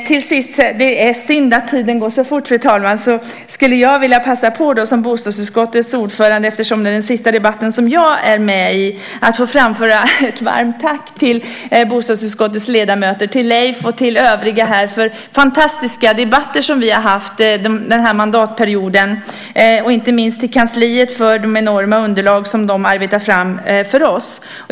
Till sist - det är synd, fru talman, att tiden går så fort - skulle jag som bostadsutskottets ordförande vilja passa på att i denna den sista debatten jag är med i framföra ett varmt tack till bostadsutskottets ledamöter, till Leif och till övriga här, för de fantastiska debatter som vi har haft under den här mandatperioden och inte minst till kansliet för de enorma underlag som man där arbetar fram åt oss.